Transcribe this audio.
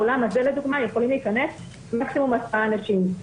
"לאולם הזה יכולים להיכנס מקסימום 10 אנשים".